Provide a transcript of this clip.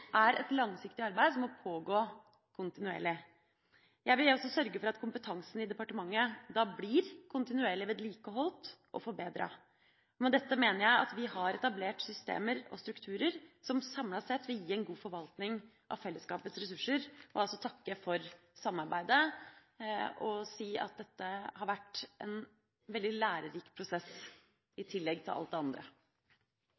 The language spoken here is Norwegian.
er et langsiktig arbeid som må pågå kontinuerlig. Jeg vil også sørge for at kompetansen i departementet blir kontinuerlig vedlikeholdt og forbedret. Med dette mener jeg at vi har etablert systemer og strukturer som samlet sett vil gi en god forvaltning av fellesskapets ressurser. Jeg vil også takke for samarbeidet og si at dette har vært en veldig lærerik prosess, i